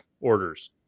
orders